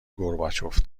گورباچوف